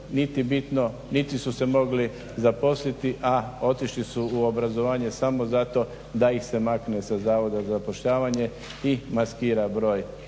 niti bitno niti su se mogli zaposliti, a otišli su u obrazovanje samo zato da ih se makne sa Zavoda za zapošljavanje i maskira broj